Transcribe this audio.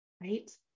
right